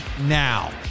now